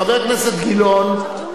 חבר הכנסת גילאון,